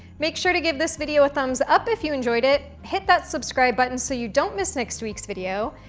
make sure to give this video a thumbs up if you enjoyed it. hit that subscribe button so you don't miss next week's video.